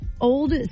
Old